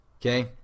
okay